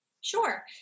Sure